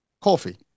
coffee